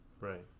right